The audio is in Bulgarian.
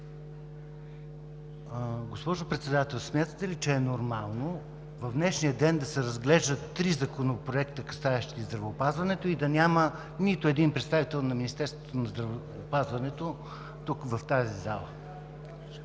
Госпожо Председател, смятате ли, че е нормално в днешния ден да се разглеждат три законопроекта, касаещи здравеопазването и да няма нито един представител на Министерството на здравеопазването тук, в тази зала?